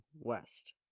west